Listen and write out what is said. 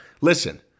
Listen